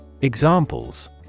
Examples